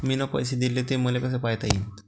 मिन पैसे देले, ते मले कसे पायता येईन?